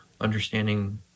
understanding